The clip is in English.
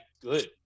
good